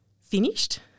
finished